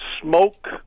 Smoke